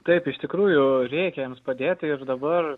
taip iš tikrųjų reikia jiems padėti ir dabar